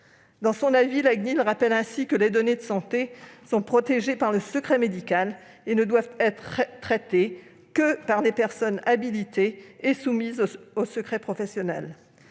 Dans son avis, la CNIL rappelle ainsi que les données de santé sont protégées par le secret médical et ne doivent être traitées que par des personnes habilitées et soumises au secret professionnel.